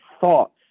thoughts